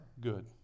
good